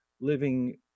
living